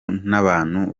n’abantu